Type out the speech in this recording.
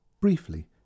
briefly